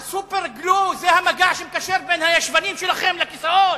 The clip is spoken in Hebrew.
ה"סופר-גלו" זה המגע שמקשר בין הישבנים שלהם לכיסאות?